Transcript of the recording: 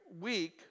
week